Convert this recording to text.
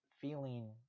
feeling